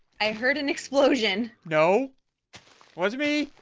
i heard an explosion no was me.